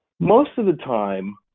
most of the time,